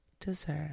deserve